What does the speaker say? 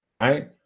right